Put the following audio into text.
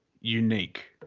unique